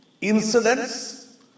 incidents